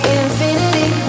infinity